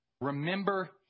Remember